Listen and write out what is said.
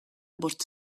bost